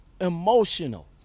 emotional